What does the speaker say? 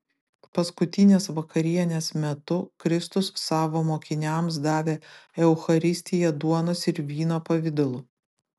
paskutinės vakarienės metu kristus savo mokiniams davė eucharistiją duonos ir vyno pavidalu